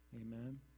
Amen